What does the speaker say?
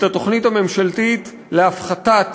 את התוכנית הממשלתית להפחתת